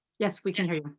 yes. we can hear you.